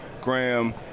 Graham